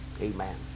amen